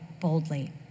boldly